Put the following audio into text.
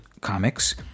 comics